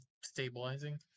stabilizing